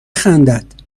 خندد